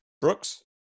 brooks